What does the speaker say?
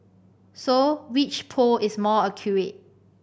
so which poll is more accurate